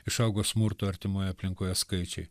išaugo smurto artimoje aplinkoje skaičiai